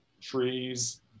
trees